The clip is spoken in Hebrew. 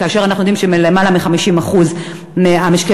כאשר אנחנו יודעים שלמעלה מ-50% ממשקי